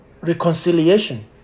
reconciliation